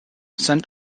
sent